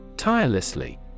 Tirelessly